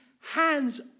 hands